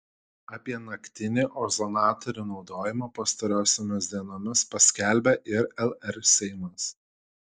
apie naktinį ozonatorių naudojimą pastarosiomis dienomis paskelbė ir lr seimas